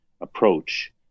approach